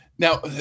Now